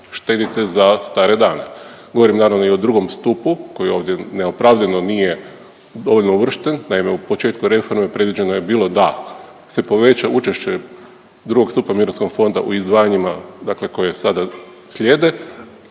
štedite za stare dane. Govorim naravno i o II. stupu koji ovdje neopravdano nije dovoljno uvršten. Naime, u početku reforme predviđeno je bilo da se poveća učešće II. stupa mirovinskog fonda u izdvajanjima dakle koje sada slijede